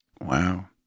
Wow